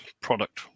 product